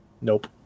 Nope